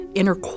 inner